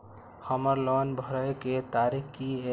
हमर लोन भरय के तारीख की ये?